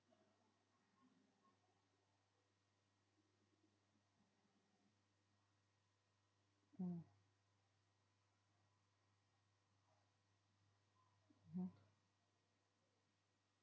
mm mm